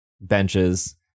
benches